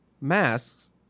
masks